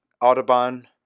Audubon